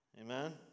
Amen